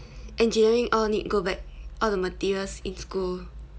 and jue ying all need go back all the materials in school